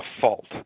fault